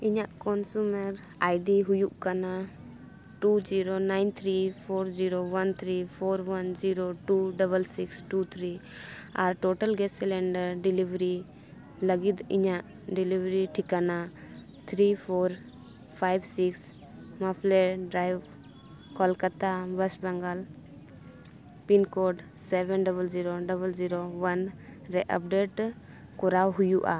ᱤᱧᱟᱹᱜ consumer I D ᱦᱩᱭᱩᱜ ᱠᱟᱱᱟ two zero nine three four zero one three four one two double six two three ᱟᱨ Total gas cylinder delivery ᱞᱟᱹᱜᱤᱫ ᱤᱧᱟᱹᱜ delivery ᱴᱷᱤᱠᱟᱹᱱᱟ three four five six Maple Drive Kolkata West Bengal pin code seven double zero double zero one ᱨᱮ update ᱠᱚᱨᱟᱣ ᱦᱩᱭᱩᱜᱼᱟ